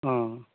অঁ